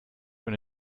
wenn